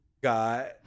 got